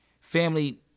family